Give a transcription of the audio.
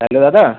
hello দাদা